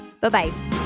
Bye-bye